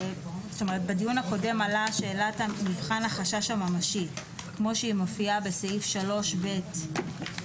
בדיון הקודם עלתה שאלת מבחן החשש הממשי כמו שהיא מופיעה בסעיף 3ב(ג)(1).